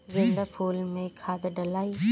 गेंदा फुल मे खाद डालाई?